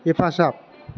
हेफाजाब